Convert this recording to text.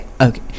okay